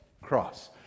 cross